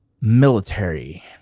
Military